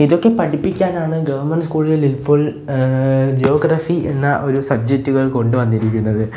ഇതൊക്കെ പഠിപ്പിക്കാനാണ് ഗവണ്മെന്റ് സ്കൂളുകളിൽ ഇപ്പോൾ ജോഗ്രഫി എന്ന ഒരു സബ്ജെക്റ്റുകൾ കൊണ്ടുവന്നിരിക്കുന്നത്